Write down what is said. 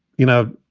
you know,